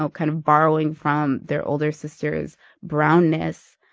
so kind of borrowing from their older sisters' brownness